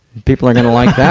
people are gonna like that.